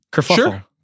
Sure